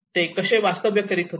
ते कसे वास्तव्य करीत होते